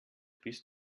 bist